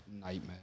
nightmare